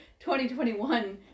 2021